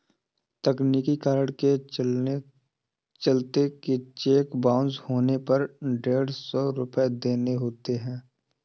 तकनीकी कारण के चलते चेक बाउंस होने पर डेढ़ सौ रुपये देने होते हैं